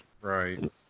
right